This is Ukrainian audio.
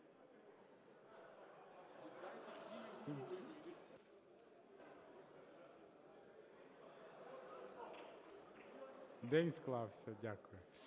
День склався. Дякую.